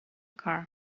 car